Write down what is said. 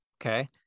Okay